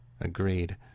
Agreed